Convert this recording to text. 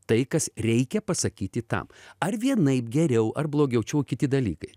tai kas reikia pasakyti tam ar vienaip geriau ar blogiau čia jau kiti dalykai